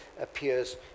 appears